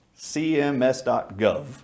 CMS.gov